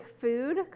food